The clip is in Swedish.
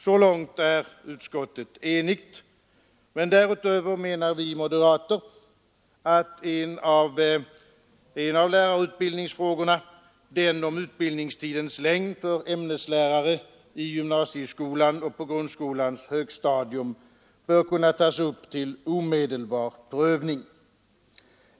Så långt är utskottet enigt, men därutöver menar vi moderater att en av lärarutbildningsfrågorna — nämligen den om utbildningstidens längd för ämneslärare i gymnasieskolan och på grundskolans högstadium — bör kunna tas upp till omedelbar prövning.